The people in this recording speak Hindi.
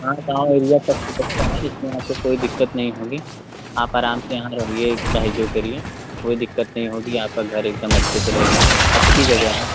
हाँ गाँव एरिया सबसे सस्ता है इसमें आप को कोई दिक्कत नहीं होगी आप आराम से यहाँ रहिए चाहे जो करिए कोई दिक्कत नहीं होगी आपका घर एकदम अच्छे से रहेगा अच्छी जगह है